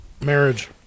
Marriage